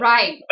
Right